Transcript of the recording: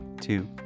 two